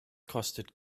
kostet